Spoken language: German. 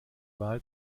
wahl